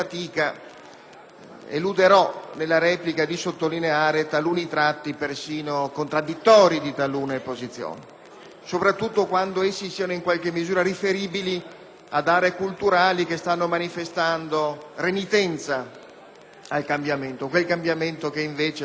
eluderò nella replica di sottolineare taluni tratti persino contradditori di alcune posizioni, soprattutto quando essi siano in qualche misura riferibili ad aree culturali che stanno manifestando renitenza al cambiamento, quel cambiamento che invece al Paese è